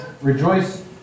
Rejoice